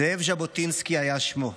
זאב ז'בוטינסקי היה שמו.